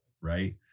right